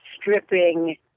stripping